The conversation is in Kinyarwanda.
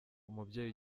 umubyeyi